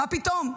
מה פתאום?